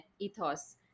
ethos